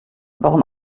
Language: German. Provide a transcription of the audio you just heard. warum